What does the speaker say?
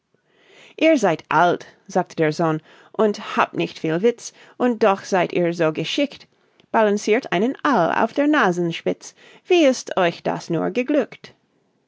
ihr seid alt sagte der sohn und habt nicht viel witz und doch seid ihr so geschickt balancirt einen aal auf der nasenspitz wie ist euch das nur geglückt